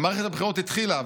מערכת הבחירות התחילה.